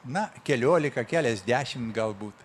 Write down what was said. na keliolika keliasdešim galbūt